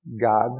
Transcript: God